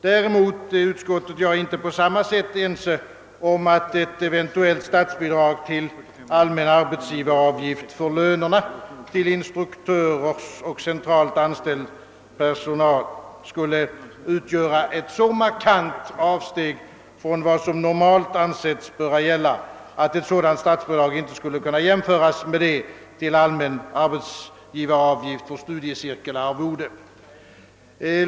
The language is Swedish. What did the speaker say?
Däremot är utskottet och jag inte på samma sätt ense om att ett eventuellt statsbidrag till allmän arbetsgivaravgift för lönerna till instruktörer och centralt anställd personal skulle utgöra ett så markant avsteg från vad som ansetts normalt böra gälla, att ett sådant statsbidrag inte skulle kunna jämföras med det till allmän arbetsgi varavgift för studiecirkelledararvode.